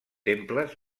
temples